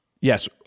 Yes